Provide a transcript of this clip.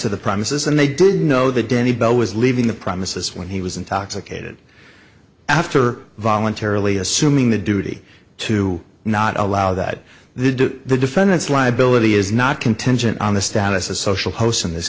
to the premises and they did know that denny bell was leaving the premises when he was intoxicated after voluntarily assuming the duty to not allow that they do the defendant's liability is not contingent on the status as social posts in this